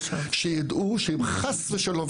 שיידעו שאם חס ושלום,